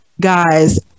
guys